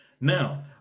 Now